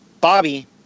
Bobby